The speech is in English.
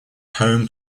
home